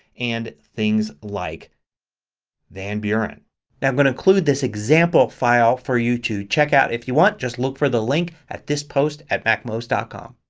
and things like van buren. now i'm going to include this example file for you to check out if you want. just look for the link at this post at macmost ah com.